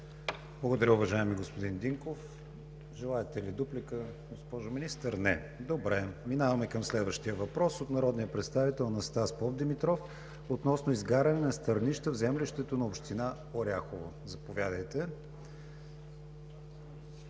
Благодаря, уважаеми господин Динков. Желаете ли дуплика, госпожо Министър? Не, добре. Минаваме към следващия въпрос. Той е от народния представител Анастас Попдимитров относно изгаряне на стърнища в землището на община Оряхово. Заповядайте.